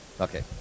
Okay